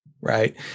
Right